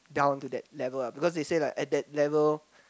yea I want do that level ah because they say like at that level